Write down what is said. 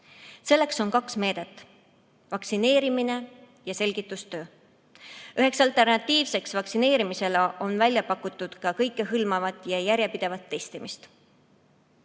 Selleks on kaks meedet: vaktsineerimine ja selgitustöö. Üheks alternatiiviks vaktsineerimisele on pakutud ka kõikehõlmavat ja järjepidevat testimist.